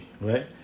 right